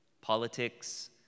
politics